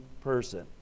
person